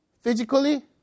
physically